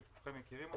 שכולכם מכירים אותו,